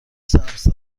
سبز